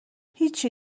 هیچی